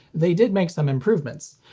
they did make some improvements.